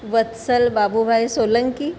Vatsal Babubhai Solanki